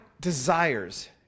desires